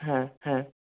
হ্যাঁ হ্যাঁ